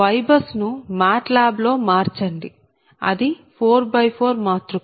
YBUS ను MATLAB లో మార్చండి అది 4X 4 మాతృక